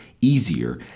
easier